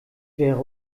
wäre